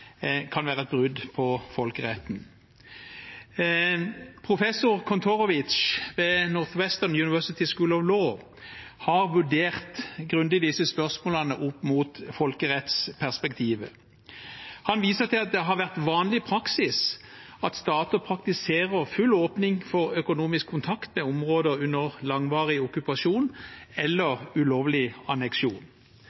kan være et brudd på folkeretten. Professor Kantorovitz ved Northwestern University School of Law har vurdert grundig disse spørsmålene opp mot folkerettsperspektivet. Han viser til at det har vært vanlig praksis at stater praktiserer full åpning for økonomisk kontakt med områder under langvarig okkupasjon eller